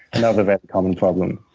another very common problem.